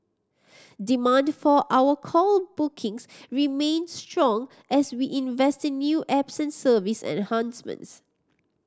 demand for our call bookings remains strong as we invest in new apps service enhancements